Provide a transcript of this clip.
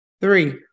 Three